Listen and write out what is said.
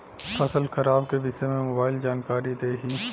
फसल खराब के विषय में मोबाइल जानकारी देही